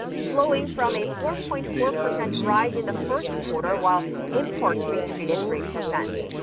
slowing from a four-point-four percent rise in the first quarter, while imports retreated three percent.